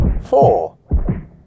four